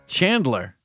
Chandler